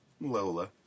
Lola